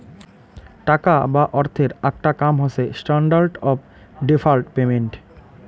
টাকা বা অর্থের আকটা কাম হসে স্ট্যান্ডার্ড অফ ডেফার্ড পেমেন্ট